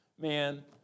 man